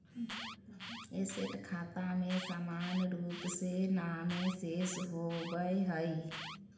asset खाता में सामान्य रूप से नामे शेष होबय हइ